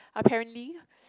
apparently